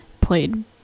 played